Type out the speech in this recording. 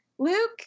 Luke